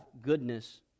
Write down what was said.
goodness